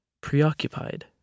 preoccupied